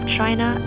China